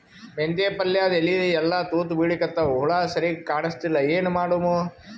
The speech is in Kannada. ಮೆಂತೆ ಪಲ್ಯಾದ ಎಲಿ ಎಲ್ಲಾ ತೂತ ಬಿಳಿಕತ್ತಾವ, ಹುಳ ಸರಿಗ ಕಾಣಸ್ತಿಲ್ಲ, ಏನ ಮಾಡಮು?